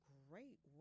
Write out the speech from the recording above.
great